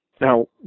Now